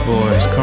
Boys